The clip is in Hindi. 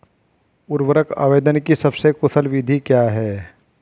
उर्वरक आवेदन की सबसे कुशल विधि क्या है?